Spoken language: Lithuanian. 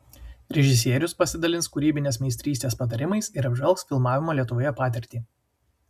režisierius pasidalins kūrybinės meistrystės patarimais ir apžvelgs filmavimo lietuvoje patirtį